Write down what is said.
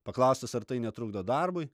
paklaustas ar tai netrukdo darbui